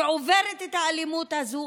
שעוברת את האלימות הזאת,